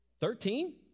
Thirteen